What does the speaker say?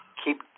keep